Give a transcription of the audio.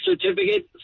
certificate